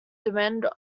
demand